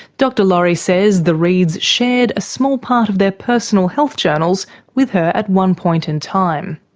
dr laurie says the reids shared a small part of their personal health journals with her at one point in time.